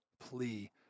plea